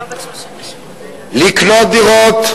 לקנות דירות,